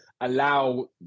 allow